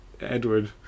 Edward